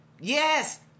Yes